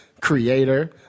creator